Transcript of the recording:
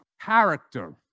character